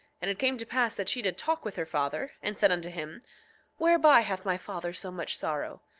and it came to pass that she did talk with her father, and said unto him whereby hath my father so much sorrow?